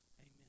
amen